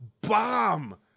bomb